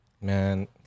Man